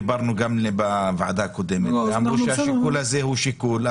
דיברנו גם בוועדה קודמת ואמרו שהשיקול הזה הוא שיקול,